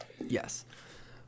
Yes